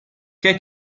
ché